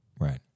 Right